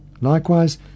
Likewise